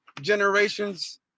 generations